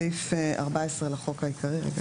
סעיף 14 לחוק העיקרי.